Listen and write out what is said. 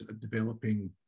developing